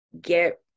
get